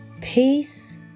peace